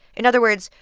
in other words,